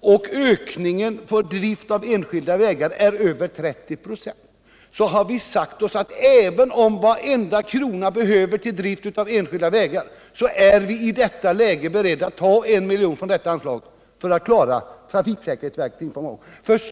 och ökningen av anslaget till drift av enskilda vägar är över 30 96, är vi socialdemokrater beredda att — även om varenda krona behövs till drift av enskilda vägar — ta en miljon från detta anslag för att klara trafiksäkerhetsverkets information.